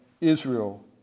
Israel